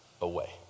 away